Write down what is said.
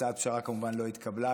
הצעת הפשרה כמובן לא התקבלה,